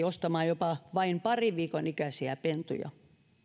ostamaan edullisesti jopa vain parin viikon ikäisiä pentuja